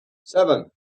seven